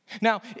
Now